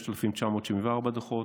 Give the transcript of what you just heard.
6,974 דוחות,